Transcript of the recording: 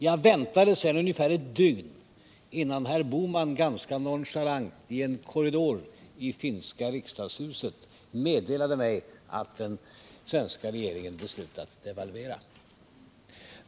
Jag väntade sedan i ungefär ett dygn innan herr Bohman ganska nonchalant i en korridor i det finska riksdagshuset meddelade mig att den svenska regeringen beslutat devalvera.